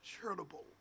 charitable